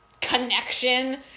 connection